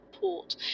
port